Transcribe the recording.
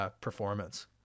performance